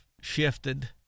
shifted